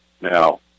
Now